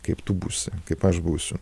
kaip tu būsi kaip aš būsiu